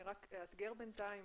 אני רק אאתגר בינתיים